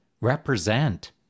represent